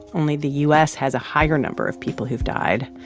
only the u s. has a higher number of people who've died.